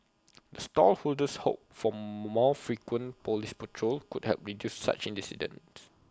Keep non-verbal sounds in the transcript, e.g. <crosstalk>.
stall holders hope for more frequent Police patrol could help reduce such <unintelligible>